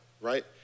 right